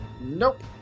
Nope